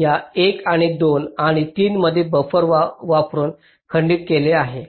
या 1 आणि 2 आणि 3 मध्ये बफर वापरुन खंडित केले आहे